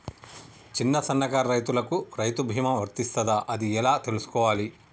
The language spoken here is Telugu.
చిన్న సన్నకారు రైతులకు రైతు బీమా వర్తిస్తదా అది ఎలా తెలుసుకోవాలి?